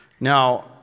Now